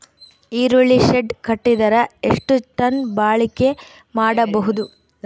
ಈರುಳ್ಳಿ ಶೆಡ್ ಕಟ್ಟಿದರ ಎಷ್ಟು ಟನ್ ಬಾಳಿಕೆ ಮಾಡಬಹುದು?